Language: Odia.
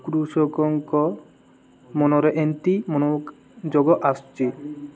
କୃଷକଙ୍କ ମନରେ ଏମତି ମନୋଯୋଗ ଆସଚି